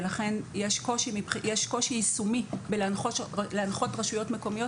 ולכן יש קושי יישומי בלהנחות רשויות מקומיות